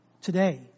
Today